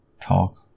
talk